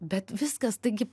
bet viskas taigi